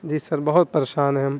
جی sir بہت پریشان ہیں ہم